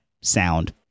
sound